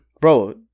Bro